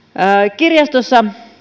kirjastossa